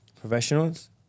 professionals